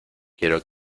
quiero